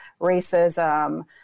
racism